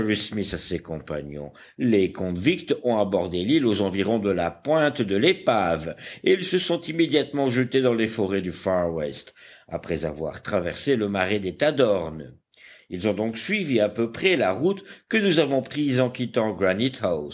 à ses compagnons les convicts ont abordé l'île aux environs de la pointe de l'épave et ils se sont immédiatement jetés dans les forêts du far west après avoir traversé le marais des tadornes ils ont donc suivi à peu près la route que nous avons prise en quittant